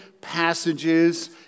passages